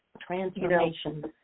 transformation